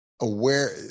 aware